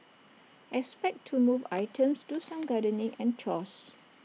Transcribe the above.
expect to move items do some gardening and chores